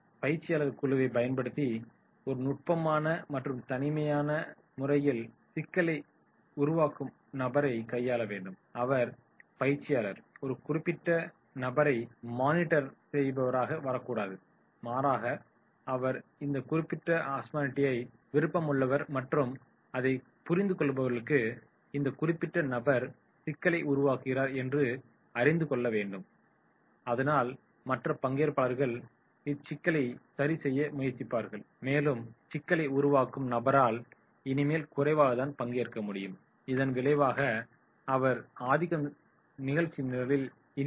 பயிற்சியாளர் குழுவைப் பயன்படுத்தி ஒரு நுட்பமான மற்றும் தனித்துவமான முறையில் சிக்கலை உருவாக்கும் நபரை கையாள வேண்டும் எனவே பயிற்சியாளர் ஒரு குறிப்பிட்ட நபரை மானிட்டர் செய்பவராகக வரக்கூடாது மாறாக அவர் இந்த குறிப்பிட்ட சிக்கலைத் தீர்ப்பதில் பங்கேற்பாளர்களை குழுவாக செயல்பட வைக்க வேண்டும் எனவே கற்க விருப்பமுள்ளவர் மற்றும் அதைப் புரிந்துகொள்பவர்களுக்கு இந்த குறிப்பிட்ட நபர் சிக்கலை உருவாக்குகிறார் என்று அறிந்து கொள்ள செய்யவேண்டும் அதனால் மற்ற பங்கேற்பாளர்கள் இச்சிக்கலை சரி செய்ய முயற்சிப்பார்கள் மேலும் சிக்கலை உருவாக்கும் நபரால் இனிமேல் குறைவாகதான் பங்கேற்க முடியும் இதன் விளைவாக அவர் ஆதிக்கம் நிகழ்ச்சி நிரலில் இனி குறையும்